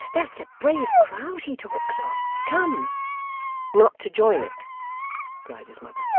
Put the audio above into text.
that's a brave crowd he talks of. come not to join it cried his mother.